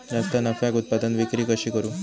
जास्त नफ्याक उत्पादन विक्री कशी करू?